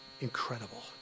Incredible